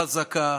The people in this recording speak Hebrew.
חזקה,